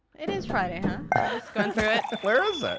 it is friday, huh? just going through it. where is it?